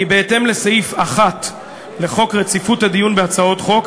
כי בהתאם לסעיף 1 לחוק רציפות הדיון בהצעות חוק,